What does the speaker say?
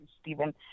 Stephen